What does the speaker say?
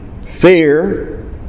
fear